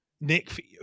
nick